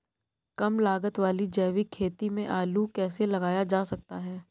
कम लागत वाली जैविक खेती में आलू कैसे लगाया जा सकता है?